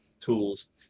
tools